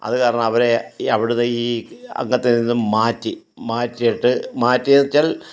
അത് കാരണം അവരെ ഈ അവിടുത്തെ ഈ അംഗത്തിൽ നിന്ന് മാറ്റി മാറ്റിയിട്ട് മാറ്റിയെച്ചാൽ